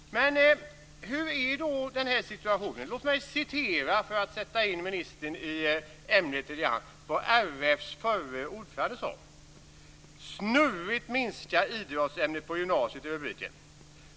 Men hur är då situationen? Låt mig citera, för att sätta in ministern i ämnet lite grann, vad RF:s förre ordförande sade: "Snurrigt minska tiden för idrottsämnet på gymnasiet" är rubriken.